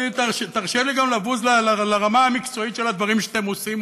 תרשה לי גם לבוז לרמה המקצועית של הדברים שאתם עושים,